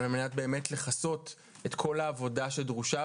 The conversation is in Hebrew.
על מנת באמת לכסות את כל העבודה שדרושה